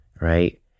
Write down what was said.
right